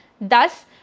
thus